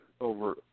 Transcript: over